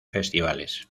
festivales